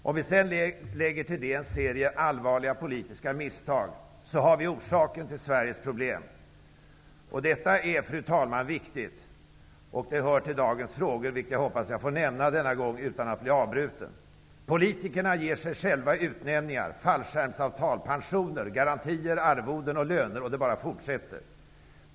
Om vi till detta lägger en serie allvarliga politiska misstag har vi orsaken till Sverigen problem. Detta är, fru talman, viktigt och hör till dagens frågor, vilket jag hoppas att jag får nämna denna gång utan att bli avbruten. Politikerna ger sig själva utnämningar, fallskärmsavtal, pensioner, garantier, arvoden och löner, och det bara fortsätter.